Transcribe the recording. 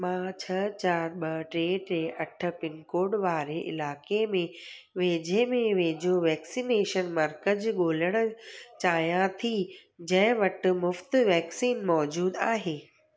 मां छह चार ॿ टे टे अठ पिनकोड वारे इलाइक़े में वेझे में वेझो वैक्सीनेशन मर्कज़ु ॻोल्हणु चाहियां थी जंहिं वटि मुफ़्त वैक्सीन मौज़ूदु आहे